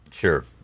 Sure